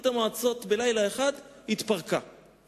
ברית-המועצות, בלילה אחד, התפרקה.